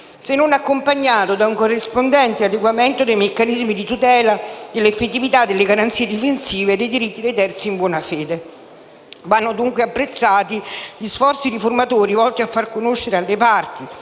se non accompagnato da un corrispondente adeguamento dei meccanismi di tutela dell'effettività delle garanzie difensive e dei diritti dei terzi in buona fede. Vanno, dunque, apprezzati gli sforzi riformatori volti a far conoscere alle parti,